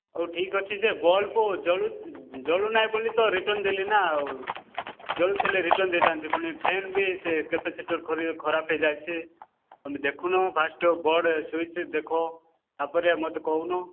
ହଉ ଠିକ୍ ଅଛି ଯେ ବଲ୍ବ ଜଳୁ ଜଳୁ ନାହିଁ ବୋଲି ତ ରିଟର୍ଣ୍ଣ ଦେଲି ନା ଆଉ ଜଳୁ ଥିଲେ ରିଟର୍ଣ୍ଣ ଦେଇ ଥାନ୍ତି ପୁଣି ଫ୍ୟାନ୍ ବି ସେ କାପାସିଟ୍ର୍ ଖରାପ ହେଇ ଯାଉଛି ତୁମେ ଦେଖୁନ ଫାଷ୍ଟ ବୋର୍ଡ଼ ସୁଇଚ୍ ଦେଖ ତା'ପରେ ମୋତେ କହୁନ